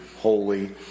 holy